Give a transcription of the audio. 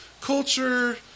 culture